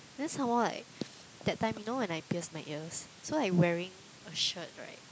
then some more like that time you know when I pierce my ears so like wearing a shirt right